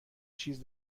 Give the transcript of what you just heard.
چیز